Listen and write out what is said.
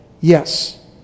yes